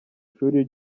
shuri